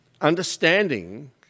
understanding